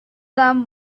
them